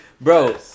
Bro